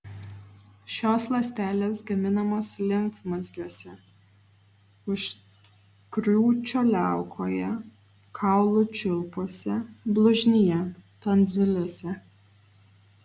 šios ląstelės gaminamos limfmazgiuose užkrūčio liaukoje kaulų čiulpuose blužnyje tonzilėse